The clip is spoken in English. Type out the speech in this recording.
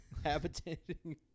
habitating